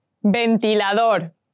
Ventilador